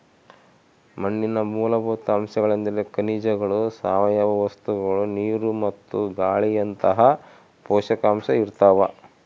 ಮಣ್ಣಿನ ಮೂಲಭೂತ ಅಂಶಗಳೆಂದ್ರೆ ಖನಿಜಗಳು ಸಾವಯವ ವಸ್ತುಗಳು ನೀರು ಮತ್ತು ಗಾಳಿಇಂತಹ ಪೋಷಕಾಂಶ ಇರ್ತಾವ